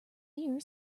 ear